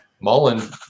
Mullen